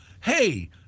hey